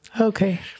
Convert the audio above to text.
okay